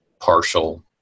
partial